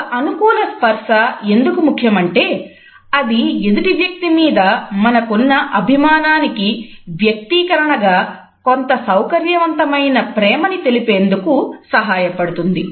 ఒక అనుకూల స్పర్శ ఎందుకు ముఖ్యమంటే అది ఎదుటి వ్యక్తి మీద మనకున్న అభిమానానికి వ్యక్తీకరణగా కొంత సౌకర్యవంతమైన ప్రేమని తెలిపేందుకు సహాయపడుతుంది